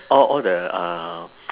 all all the uh